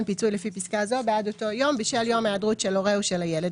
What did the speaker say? פיצוי לפי פסקה זו בעד אותו יום בשל יום היעדרות של הורהו של הילד,